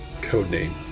codename